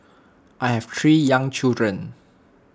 I have three young children